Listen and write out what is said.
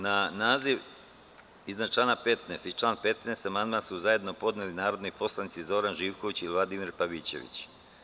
Na naziv iznad člana 15. i član 15. amandman su zajedno podneli narodni poslanici Zoran Živković i Vladimir Pavićević.